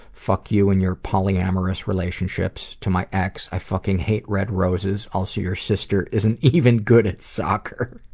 fuck you and your polyamorous relationships. to my ex, i fucking hate red roses, also your sister isn't even good at soccer.